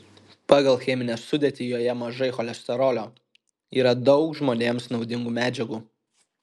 pagal cheminę sudėtį joje mažai cholesterolio yra daug žmonėms naudingų medžiagų